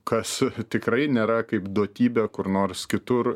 kas tikrai nėra kaip duotybė kur nors kitur